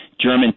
German